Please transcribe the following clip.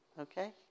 okay